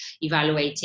evaluating